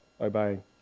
obeying